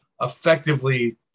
effectively